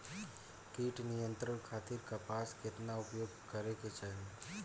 कीट नियंत्रण खातिर कपास केतना उपयोग करे के चाहीं?